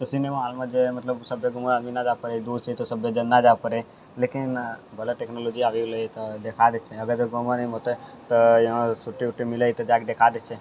तऽ सिनेमा हाँलमे जाइए मतलब सभे गाँव आदमी नी जा पाइयै दूर छै तऽ सभे नहि जा पाइये लेकिन बड़ा टेक्नोलॉजी आ गेलै तऽ देखा दै छियै अगर जे गाँव नी हौते तऽ यहाँ छुट्टी वुट्टी मिलैय तऽ जाकऽ देखा दै छियै